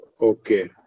okay